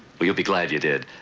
well, you'll be glad you did.